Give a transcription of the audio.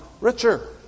richer